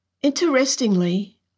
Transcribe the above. Interestingly